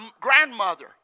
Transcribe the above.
grandmother